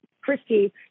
Christy